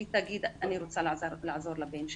שהיא תגיד: אני רוצה לעזור לבן שלי.